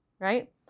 right